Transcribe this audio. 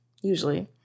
usually